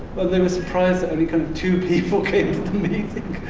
well, they were surprised that only kind of two people came to the meeting,